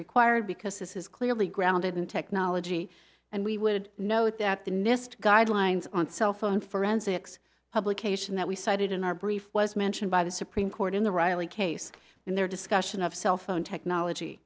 required because this is clearly grounded in technology and we would note that the nist guidelines on cellphone forensics publication that we cited in our brief was mentioned by the supreme court in the riley case in their discussion of cell phone technology